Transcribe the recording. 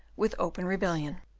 with open rebellion.